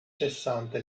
sessanta